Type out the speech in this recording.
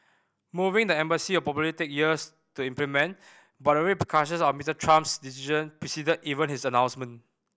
moving the embassy will probably take years to implement but the repercussions of Mister Trump's decision preceded even his announcement